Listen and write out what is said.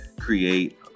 create